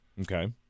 Okay